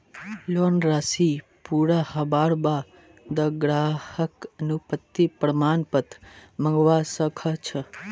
loan राशि पूरा हबार बा द ग्राहक अनापत्ति प्रमाण पत्र मंगवा स ख छ